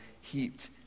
heaped